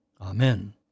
Amen